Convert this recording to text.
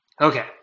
Okay